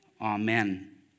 amen